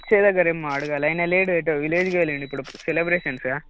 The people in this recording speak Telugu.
అక్షయ్ దగ్గర ఏమో అడగలేదు ఆయన లేడు ఎటో విలేజ్కి వెళ్ళిండు ఇప్పుడు సెలబ్రేషన్స్ కదా